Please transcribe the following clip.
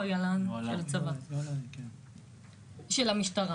של המשטרה